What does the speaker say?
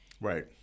Right